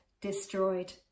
destroyed